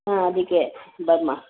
ಹಾಂ ಅದಕ್ಕೆ ಬಾರಮ್ಮಾ